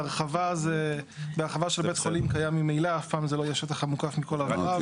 בהרחבה של בית חולים קיים ממילא אף פעם זה לא יהיה שטח המוקף מכל עבריו.